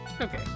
Okay